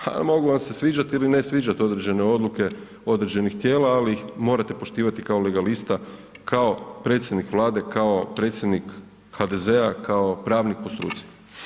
Ha, mogu vam se sviđat ili ne sviđat određene odluke određenih tijela, ali ih morate poštivati kao legalista, kao predsjednik Vlade, kao predsjednik HDZ-a, kao pravnik po struci.